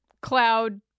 cloud